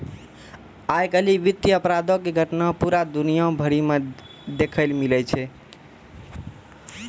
आइ काल्हि वित्तीय अपराधो के घटना पूरा दुनिया भरि मे देखै लेली मिलै छै